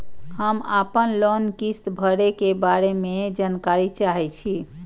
हम आपन लोन किस्त भरै के बारे में जानकारी चाहै छी?